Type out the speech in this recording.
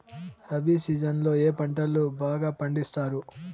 rabi season లో ఏ పంటలు బాగా పండిస్తారు